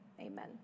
Amen